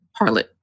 Harlot